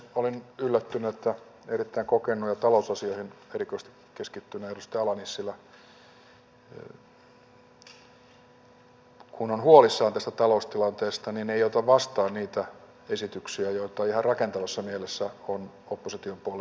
olen yllättynyt että kun erittäin kokenut ja talousasioihin erikoisesti keskittynyt edustaja ala nissilä on huolissaan tästä taloustilanteesta hän ei ota vastaan niitä esityksiä joita ihan rakentavassa mielessä on opposition puolesta toimitettu